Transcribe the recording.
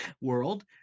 world—